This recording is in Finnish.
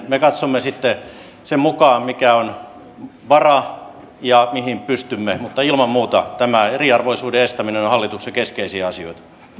me katsomme sitten sen mukaan mikä on vara ja mihin pystymme mutta ilman muuta tämä eriarvoisuuden estäminen on hallituksen keskeisiä asioita